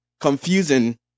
confusing